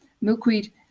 Milkweed